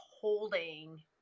holding